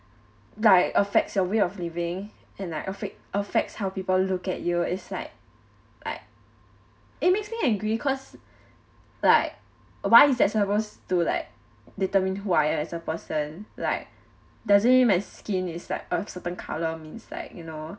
like affects your way of living and like effect affects how people look at you it's like like it makes me angry cause like why is that supposed to like determine who I am as a person like does it mean my skin is like a certain colour means like you know